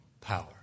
power